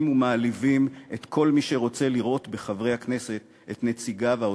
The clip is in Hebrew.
ומעליבות את כל מי שרוצה לראות בחברי הכנסת את נציגיו האותנטיים.